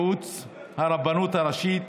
ייעוץ הרבנות הראשית),